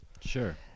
Sure